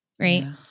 Right